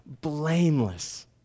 blameless